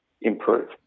improve